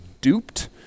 duped